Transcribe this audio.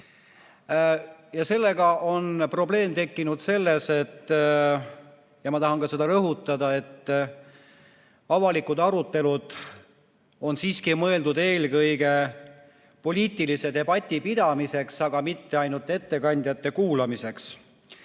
teha. Probleem on tekkinud sellega, ma tahan seda rõhutada, et avalikud arutelud on siiski mõeldud eelkõige poliitilise debati pidamiseks, mitte ainult ettekandjate kuulamiseks.